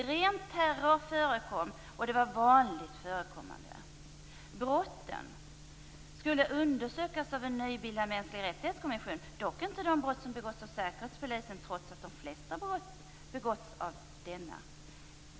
Ren terror förekom, och det var vanligt förekommande. Brotten skulle undersökas av en nybildad kommission för mänskliga rättigheter, dock inte de brott som begåtts av säkerhetspolisen, trots att de flesta brott begåtts av denna.